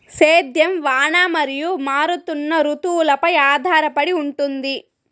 సేద్యం వాన మరియు మారుతున్న రుతువులపై ఆధారపడి ఉంటుంది